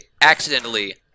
accidentally